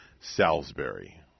Salisbury